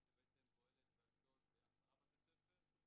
יש לנו תוכנית שפועלת באשדוד ב-10 בתי ספר,